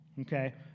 Okay